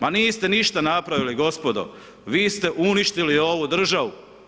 Ma niste ništa napravili gospodo, vi ste uništili ovu državu.